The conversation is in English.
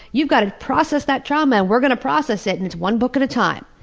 you've got to process that trauma. we're going to process it, and it's one book at a time.